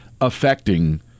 affecting